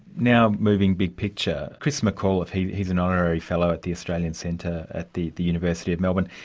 now moving big-picture, chris mcauliffe, he he is an honorary fellow at the australian centre at the the university of melbourne,